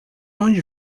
onde